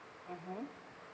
mmhmm